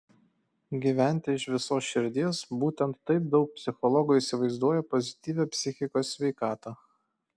gyventi iš visos širdies būtent taip daug psichologų įsivaizduoja pozityvią psichikos sveikatą